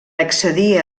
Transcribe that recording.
accedir